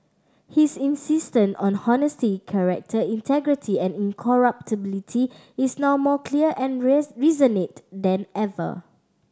his insistence on honesty character integrity and incorruptibility is now more clear and resonant than ever